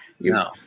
No